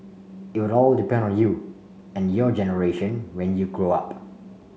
it will all depend on you and your generation when you grow up